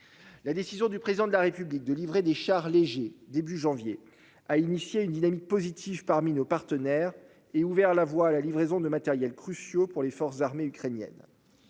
La décision du président de la République de livrer des chars légers début janvier à initier une dynamique positive. Parmi nos partenaires et ouvert la voie à la livraison de matériel cruciaux pour les forces armées ukrainiennes.